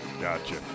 Gotcha